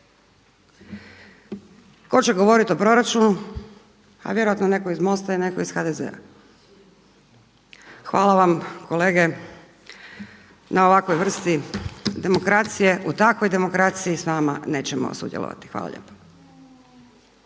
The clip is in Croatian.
Ko će govoriti o proračunu a vjerojatno netko iz MOST-a i netko iz HDZ-a. Hvala vam kolege na ovakvoj vrsti demokracije, u takvoj demokraciji s vama nećemo sudjelovati. Hvala lijepa.